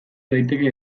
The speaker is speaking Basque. daiteke